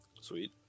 sweet